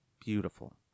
beautiful